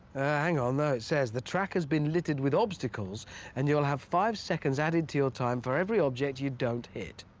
hang on. no, it says, the track has been littered with obstacles and you'll have five seconds added to your time for every object you don't hit.